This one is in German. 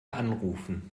anrufen